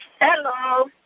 Hello